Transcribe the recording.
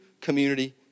community